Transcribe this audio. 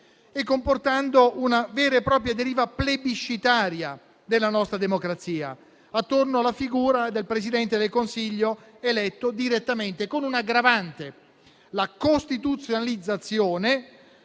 e comportando una vera e propria deriva plebiscitaria della nostra democrazia attorno alla figura del Presidente del Consiglio eletto direttamente. E ciò avviene con un'aggravante: la costituzionalizzazione